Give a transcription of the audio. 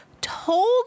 told